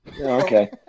Okay